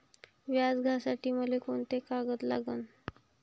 व्याज घ्यासाठी मले कोंते कागद लागन?